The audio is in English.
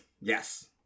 yes